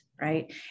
Right